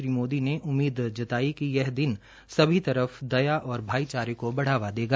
श्री मोदी ने उम्मीद जताई कि यह दिन सभी तर फ दया भाईचारे को बढ़ावा देगा